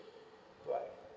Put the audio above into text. bye bye